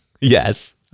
Yes